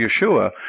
Yeshua